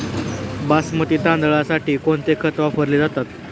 बासमती तांदळासाठी कोणते खत वापरले जाते?